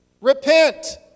Repent